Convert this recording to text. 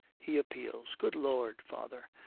he appeals, good lord, father,